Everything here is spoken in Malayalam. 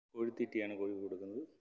കോഴിത്തീറ്റയാണ് കോഴിക്ക് കൊടുക്കുന്നത്